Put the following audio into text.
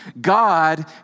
God